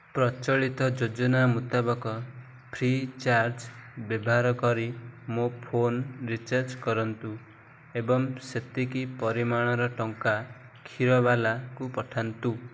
ପ୍ରଚଳିତ ଯୋଜନା ମୁତାବକ ଫ୍ରି ଚାର୍ଜ୍ ବହାର କରି ମୋ ଫୋନ୍ ରିଚାର୍ଜ୍ କରନ୍ତୁ ଏବଂ ସେତିକି ପରିମାଣର ଟଙ୍କା କ୍ଷୀରବାଲାକୁ ପଠାନ୍ତୁ